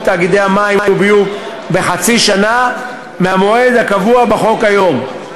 תאגידי מים וביוב בחצי שנה מהמועד הקבוע בחוק היום.